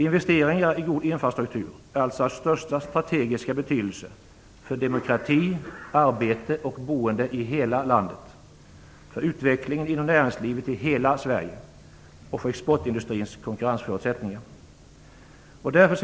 Investeringar i en god infrastruktur är alltså av största strategiska betydelse för demokrati, arbete och boende i hela landet, utvecklingen inom näringslivet i hela Därför